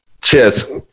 Cheers